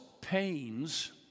pains